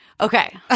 Okay